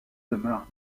demeure